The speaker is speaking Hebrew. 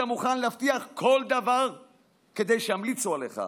מוכן להבטיח כל דבר כדי שימליצו עליך.